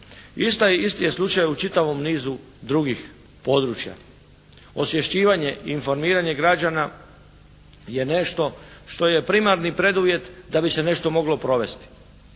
Isti je slučaj u čitavom nizu drugih područja. Osvješćivanje, informiranje građana je nešto što je primarni preduvjet da bi se nešto moglo provesti.